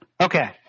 Okay